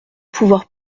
pouvoir